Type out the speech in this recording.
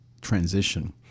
transition